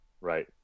right